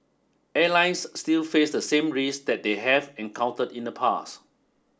airlines still face the same risks that they have encountered in the past